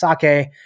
sake